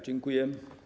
Dziękuję.